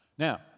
Now